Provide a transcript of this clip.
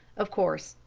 of course,